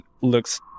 looks